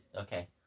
Okay